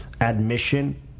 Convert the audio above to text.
admission